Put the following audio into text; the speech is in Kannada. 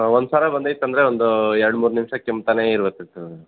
ಒಂದು ಸಲ ಬಂದೈತಂದರೆ ಒಂದು ಎರಡು ಮೂರು ನಿಮಿಷ ಕೆಮ್ತಲೇ ಇರಬೇಕಾಗ್ತದೆ ಮೇಡಮ್